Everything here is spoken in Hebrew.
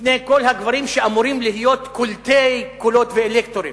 לפני כל הגברים שאמורים להיות קולטי קולות ואלקטורים.